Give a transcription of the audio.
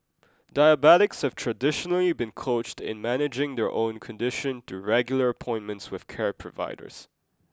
diabetics have traditionally been coached in managing their own condition through regular appointments with care providers